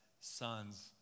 sons